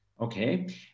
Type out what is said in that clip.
Okay